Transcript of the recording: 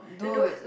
dude